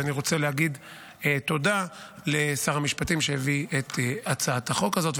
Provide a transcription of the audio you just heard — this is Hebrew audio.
אני רוצה להגיד תודה לשר המשפטים שהביא את הצעת החוק הזאת,